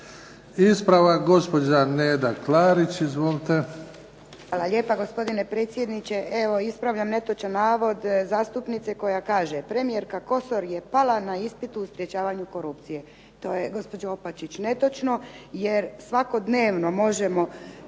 Ispravak gospođa Neda Klarić, izvolite. **Klarić, Nedjeljka (HDZ)** Hvala lijepa gospodine predsjedniče. Evo ispravljam netočan navod zastupnice koja kaže premijerka Kosor je pala na ispitu u sprječavanju korupcije. To je gospođo Opačić netočno, jer svakodnevno možemo